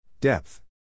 Depth